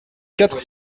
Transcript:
quatre